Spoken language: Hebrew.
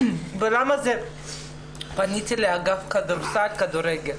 ולמה פניתי לאגף לכדורסל ולכדורגל?